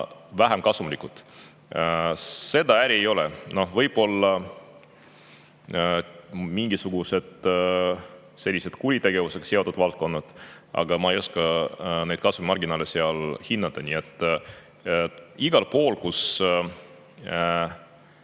vähem kasumlikud. Sellist äri ei ole. Võib-olla mingisugused kuritegevusega seotud valdkonnad, aga ma ei oska neid kasumimarginaale seal hinnata. Nii et igal pool, kus